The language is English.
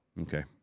Okay